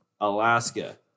Alaska